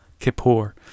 Kippur